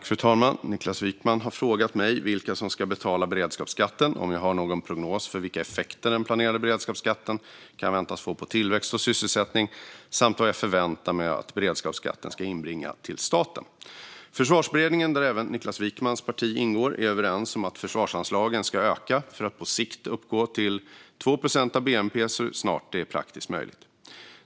Fru talman! har frågat mig vilka som ska betala beredskapsskatten, om jag har någon prognos för vilka effekter den planerade beredskapsskatten kan väntas få på tillväxt och sysselsättning samt vad jag förväntar mig att beredskapsskatten ska inbringa till staten. Försvarsberedningen, där även Niklas Wykmans parti ingår, är överens om att försvarsanslagen ska öka för att på sikt uppgå till 2 procent av bnp så snart det är praktiskt möjligt.